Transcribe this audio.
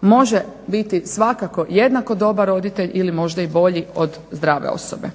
može biti svakako jednako dobar roditelj ili možda i bolji od zdrave osobe.